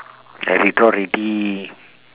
okay I withdraw already